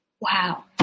wow